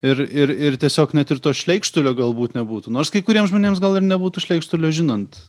ir ir ir tiesiog net ir to šleikštulio galbūt nebūtų nors kai kuriem žmonėms gal ir nebūtų šleikštulio žinant